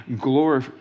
Glory